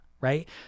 Right